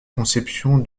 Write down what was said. conception